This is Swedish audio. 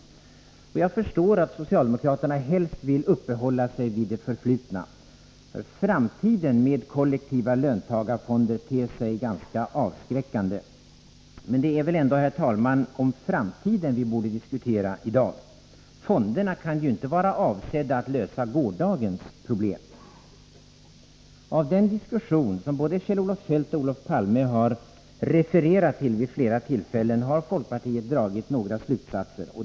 Jag förstår att socialdemokraterna helst vill uppehålla sig vid det förflutna. Framtiden med kollektiva löntagarfonder ter sig ganska avskräckande. Men det är väl ändå, herr talman, om framtiden vi borde diskutera i dag. Fonderna kan ju inte vara avsedda att lösa gårdagens problem. Av den diskussion som både Kjell-Olof Feldt och Olof Palme refererat till vid flera tillfällen har folkpartiet dragit några slutsatser.